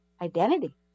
identity